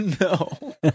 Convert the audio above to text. No